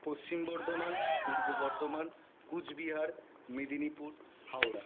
Paschim Bardhaman Purba Bardhaman Cooch Behar Medinipur Howrah